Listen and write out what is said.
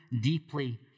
deeply